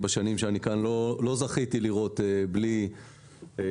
בשנים שאני כאן לא זכייתי לראות בלי פוליטיקה.